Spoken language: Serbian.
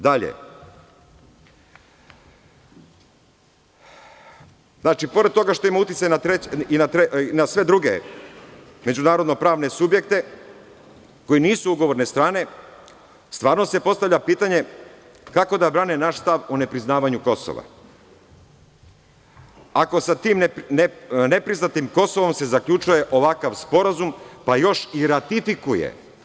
Dalje, znači pored toga što ima uticaj i na sve druge međunarodno-pravne subjekte koji nisu ugovorne strane, stvarno se postavlja pitanje – kako da brane naš stav o ne priznavanju Kosova, ako sa tim nepriznatim Kosovom se zaključuje ovakav Sporazum, pa još i ratifikuje?